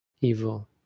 evil